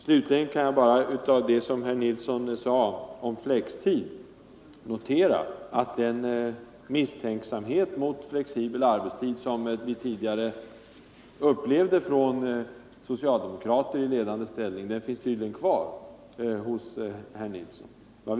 Slutligen kan jag efter det herr Nilsson sade om flextid notera att misstänksamheten mot flexibel arbetstid, som tidigare framfördes av socialdemokrater i ledande ställning, tydligen finns kvar.